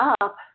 up